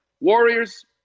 warriors